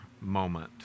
Moment